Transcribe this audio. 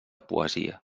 poesia